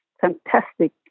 fantastic